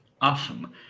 awesome